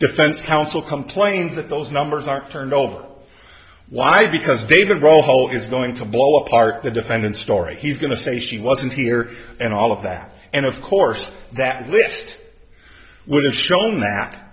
defense counsel complained that those numbers aren't turned over why because david rohl whole is going to blow apart the defendant story he's going to say she wasn't here and all of that and of course that list would have